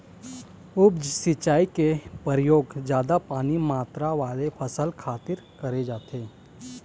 उप सिंचई के परयोग जादा पानी मातरा वाले फसल खातिर करे जाथे